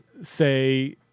say